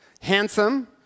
Handsome